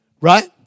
Right